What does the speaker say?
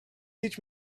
teach